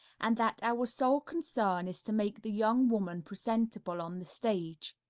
and that our sole concern is to make the young woman presentable on the stage.